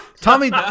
Tommy